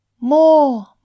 More